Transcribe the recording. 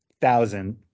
thousand